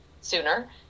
sooner